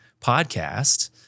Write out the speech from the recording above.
podcast